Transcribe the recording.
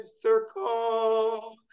circle